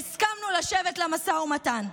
הסכמנו לשבת למשא ומתן,